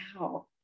wow